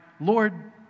Lord